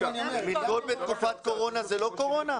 ‏ מלגות בתקופת קורונה זה לא קורונה?